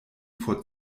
vor